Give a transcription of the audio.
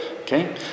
okay